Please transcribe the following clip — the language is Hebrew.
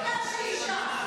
רק בגלל שהיא אישה.